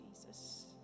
Jesus